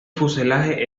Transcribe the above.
fuselaje